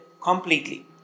completely